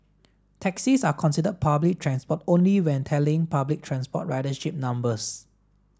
taxis are considered public transport only when tallying public transport ridership numbers